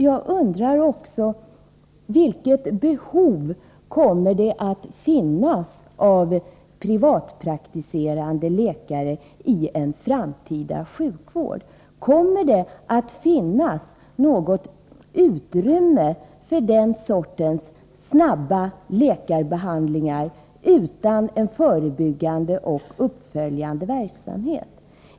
Jag undrar också: Vilket behov av privatpraktiserande läkare kommer det att finnas i en framtida sjukvård? Kommer det att finnas något utrymme för den sortens snabba läkarbehandlingar utan en förebyggande och uppföljande verksamhet?